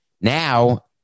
Now